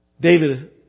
David